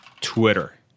Twitter